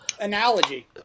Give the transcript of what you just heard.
analogy